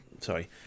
sorry